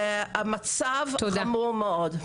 זה מצב, חמור מאוד.